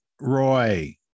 Roy